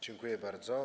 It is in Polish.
Dziękuję bardzo.